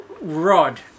rod